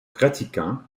pratiquant